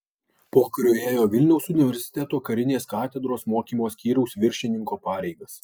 pokariu ėjo vilniaus universiteto karinės katedros mokymo skyriaus viršininko pareigas